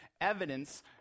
evidence